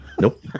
Nope